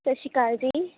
ਸਤਿ ਸ਼੍ਰੀ ਅਕਾਲ ਜੀ